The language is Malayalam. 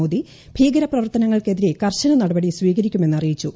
മോദി ഭീകര പ്രവർത്തനങ്ങൾക്കെതിരെ കർശന നടപടി സ്വീകരിക്കുമെന്നറിയിച്ചു